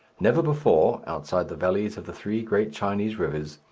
never before, outside the valleys of the three great chinese rivers,